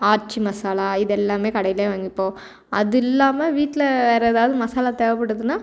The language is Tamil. ஆச்சி மசாலா இதெல்லாமே கடையிலே வாங்கிப்போம் அது இல்லாமல் வீட்டில வேற ஏதாவது மசாலா தேவைப்படுதுனா